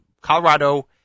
Colorado